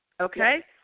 Okay